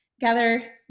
gather